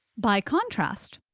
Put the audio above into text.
by contrast,